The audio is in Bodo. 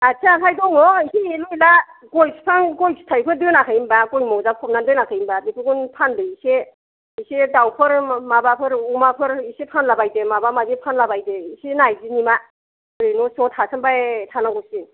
आथिं आखाय दङ एसे एलु एला गय फिफां गय फिथायफोर दोनाखै होनबा गय मजा फबनानै दोनाखै होनबा बेफोरखौनो फानदो एसे एसे दावफोर माबाफोर अमाफोर एसे फनला बायदो माबा माबि फानला बायदो एसे नायदिनि मा बोरै न' सिङाव थासोमबाय थानांगौ सि